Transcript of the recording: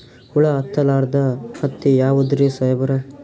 ಹುಳ ಹತ್ತಲಾರ್ದ ಹತ್ತಿ ಯಾವುದ್ರಿ ಸಾಹೇಬರ?